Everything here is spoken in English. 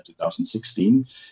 2016